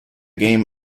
game